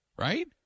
right